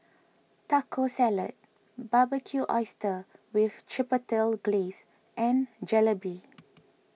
Taco Salad Barbecued Oysters with Chipotle Glaze and Jalebi